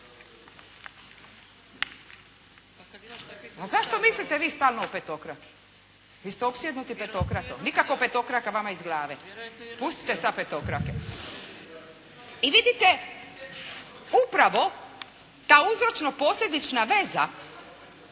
zašto mislite vi stalno o petokraki? Vi ste opsjednuti petokrakom. Nikako petokraka vama iz glave. Pustite sad petokrake. I vidite, upravo ta uzročno posljedična veza